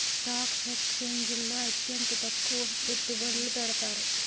stock ఎక్స్చేంజిల్లో అత్యంత ఎక్కువ పెట్టుబడులు పెడతారు